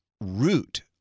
root